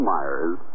Myers